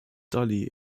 dolly